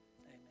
Amen